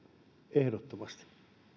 ehdottomasti